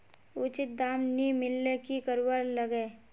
उचित दाम नि मिलले की करवार लगे?